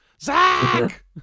Zach